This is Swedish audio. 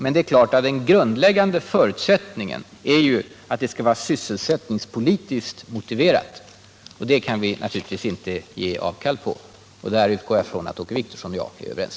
Men det är klart att den grundläggande förutsättningen är att det arbetet skall vara sysselsättningspolitiskt motiverat. Det kravet kan vi naturligtvis inte ge avkall på. Där utgår jag från att Åke Wictorsson och jag är överens.